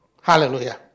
Hallelujah